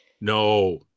No